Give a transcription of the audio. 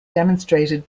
demonstrated